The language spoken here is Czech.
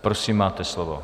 Prosím, máte slovo.